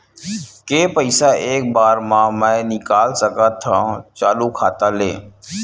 के पईसा एक बार मा मैं निकाल सकथव चालू खाता ले?